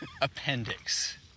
appendix